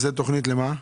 למה התוכנית?